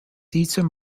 eastern